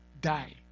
Die